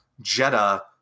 Jetta